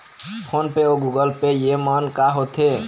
Phone पे अउ Google pay येमन का होते?